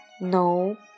No